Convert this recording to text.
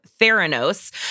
Theranos